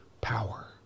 power